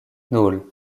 nul